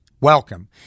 welcome